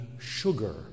sugar